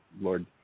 Lord